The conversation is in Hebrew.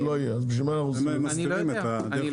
שלא יהיה, אז בשביל אנחנו צריכים את זה?